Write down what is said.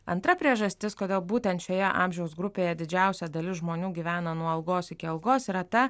antra priežastis kodėl būtent šioje amžiaus grupėje didžiausia dalis žmonių gyvena nuo algos iki algos yra ta